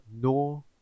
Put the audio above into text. no